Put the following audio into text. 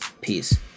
peace